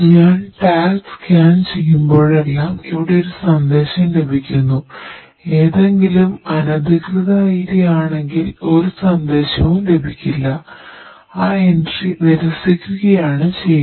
ഞാൻ ടാഗ്സ് നിരസിക്കുകയാണ് ചെയ്യുന്നത്